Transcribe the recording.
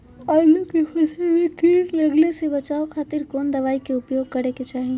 आलू के फसल में कीट लगने से बचावे खातिर कौन दवाई के उपयोग करे के चाही?